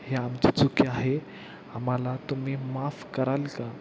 हे आमची चुकी आहे आम्हाला तुम्ही माफ कराल का